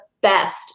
best